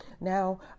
Now